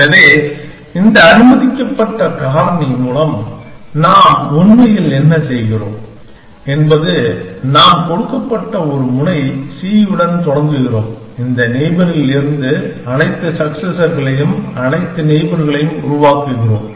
எனவே இந்த அனுமதிக்கப்பட்ட காரணி மூலம் நாம் உண்மையில் என்ன செய்கிறோம் என்பது நாம்கொடுக்கப்பட்ட ஒரு முனை c உடன் தொடங்குகிறோம் இந்த நெய்பரில் இருந்து அனைத்து சக்ஸெஸர்களையும் அனைத்து நெய்பர்களையும் உருவாக்குகிறோம்